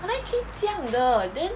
哪里可以这样的 then